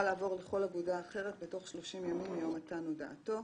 לעבור לכל אגודה אחרת בתוך 30 ימים מיום מתן הודעתו,